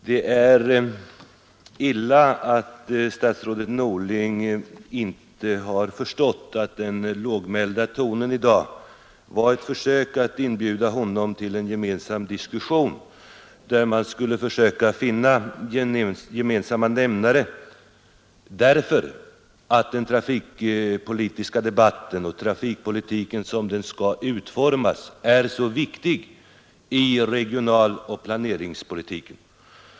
Det är illa att statsrådet Norling inte har förstått att den lågmälda tonen i dag var ett försök att inbjuda honom till en diskussion, där man skulle försöka finna en gemensam nämnare; debatten om trafikpolitiken som den skall utformas är nämligen mycket viktig för regionaloch planeringspolitiken.